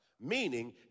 Meaning